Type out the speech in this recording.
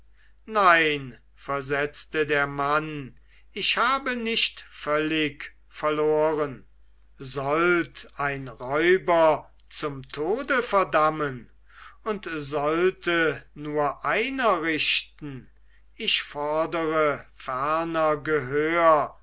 nein versetzte der mann ich habe nicht völlig verloren sollt ein räuber zum tode verdammen und sollte nur einer richten ich fordere ferner gehör